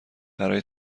برای